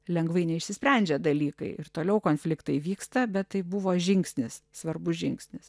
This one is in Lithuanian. lengvai neišsisprendžia dalykai ir toliau konfliktai vyksta bet tai buvo žingsnis svarbus žingsnis